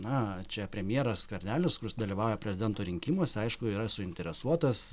na čia premjeras skvernelis kuris dalyvauja prezidento rinkimuose aišku yra suinteresuotas